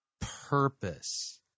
purpose